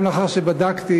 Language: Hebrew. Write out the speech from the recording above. גם לאחר שבדקתי,